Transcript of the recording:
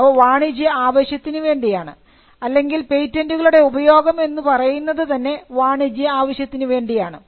അവ വാണിജ്യ ആവശ്യത്തിനു വേണ്ടിയാണ് അല്ലെങ്കിൽ പേറ്റന്റുകളുടെ ഉപയോഗം എന്നു പറയുന്നത് തന്നെ വാണിജ്യ ആവശ്യത്തിനു വേണ്ടിയാണ്